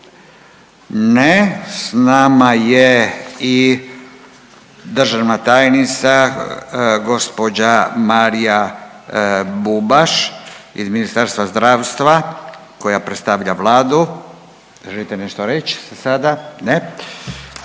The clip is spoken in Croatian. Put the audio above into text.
Ne. S nama je i državna tajnica gospođa Marija Bubaš iz Ministarstva zdravstva koja predstavlja Vladu. Želite nešto reći za sada? Ne.